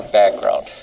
background